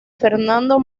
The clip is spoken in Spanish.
fernando